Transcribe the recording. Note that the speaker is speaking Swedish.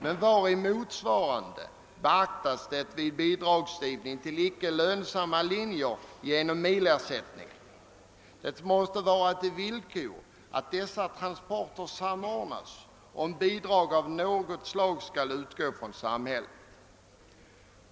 Men när beaktas det vid bidragsgivande till icke lönsamma linjer genom milersättning? Det måste vara ett villkor att dessa transporter samordnas om bidrag av något slag skall utgå från samhället.